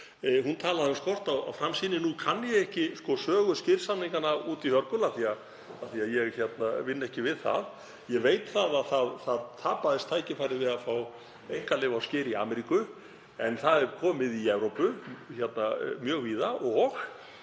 talaði um skort á framsýni. Nú kann ég ekki sögu skyrsamninganna út í hörgul af því að ég vinn ekki við það. Ég veit að það tapaðist tækifæri til að fá einkaleyfi á skyri í Ameríku en það er komið í Evrópu, mjög víða, og í